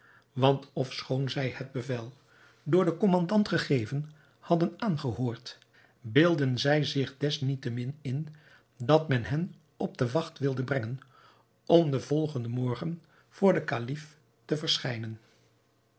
want ofschoon zij het bevel door den kommandant gegeven hadden aangehoord beeldden zij zich desniettemin in dat men hen op de wacht wilde brengen om den volgenden morgen voor den kalif te verschijnen